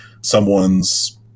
someone's